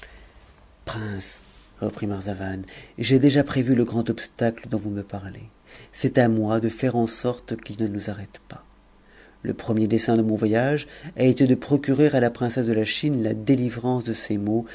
reprit marzavan j'ai déjà prévu le grand obstacle dont vous me parlez c'est à moi de aire en sorte qu'il ne nous arrête pas le pré mier dessein de mon voyage a été de procurer à la princesse de la chine la délivrance de ses maux